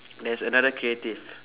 there's another creative